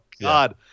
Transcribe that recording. God